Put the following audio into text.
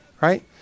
right